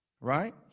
Right